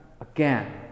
Again